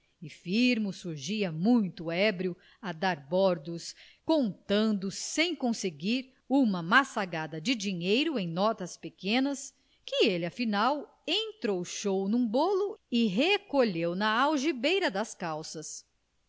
e firmo surgia muito ébrio a dar bordos contando sem conseguir uma massagada de dinheiro em notas pequenas que ele afinal entrouxou num bolo e recolheu na algibeira das calças